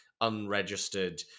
unregistered –